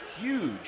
huge